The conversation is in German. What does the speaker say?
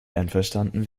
einverstanden